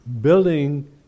building